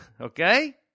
Okay